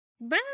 bye